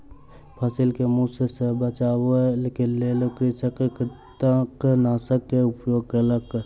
फसिल के मूस सॅ बचाबअ के लेल कृषक कृंतकनाशक के उपयोग केलक